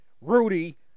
Rudy